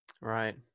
Right